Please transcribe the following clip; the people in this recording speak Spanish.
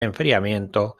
enfriamiento